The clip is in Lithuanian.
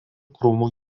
krūmų